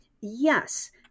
yes